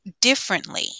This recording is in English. differently